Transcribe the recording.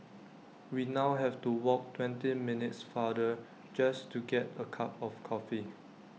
we now have to walk twenty minutes farther just to get A cup of coffee